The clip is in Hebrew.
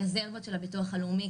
ברזרבות של הביטוח הלאומי,